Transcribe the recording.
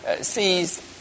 sees